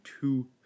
two